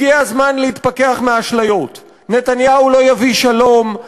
הגיע הזמן להתפכח מאשליות: נתניהו לא יביא שלום,